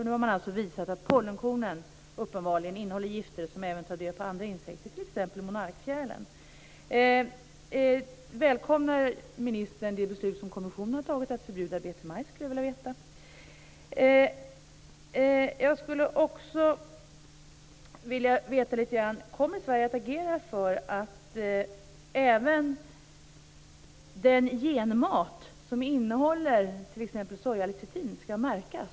Nu har man alltså visat att pollenkornen uppenbarligen innehållet gifter som även tar död på andra insekter, t.ex. monarkfjärilen. Jag skulle vilja veta om ministern välkomnar det beslut som kommissionen har tagit om att förbjuda BT-majs. Jag skulle också vilja veta om Sverige kommer att agera för att även den genmat som innehåller sojalecitin skall märkas.